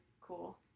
cool